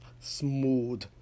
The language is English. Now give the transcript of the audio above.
smooth